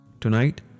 Tonight